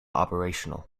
operational